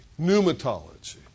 pneumatology